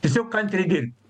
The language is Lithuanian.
tiesiog kantriai dirbt